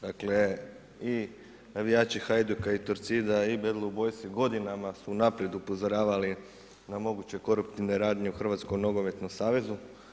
Dakle, i navijači Hajduka i Torcida i Bad Blue Boys godinama su unaprijed upozoravali na moguće koruptivne radnje u Hrvatskom nogometnom savezu.